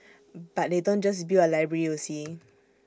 but they don't just build A library you see